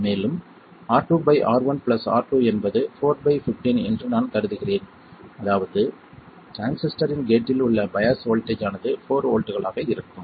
மேலும் R2 by R1 plus R2 என்பது 4 by 15 என்று நான் கருதுகிறேன் அதாவது டிரான்சிஸ்டரின் கேட்டில் உள்ள பையாஸ் வோல்ட்டேஜ் ஆனது 4 வோல்ட்டுகளாக இருக்கும்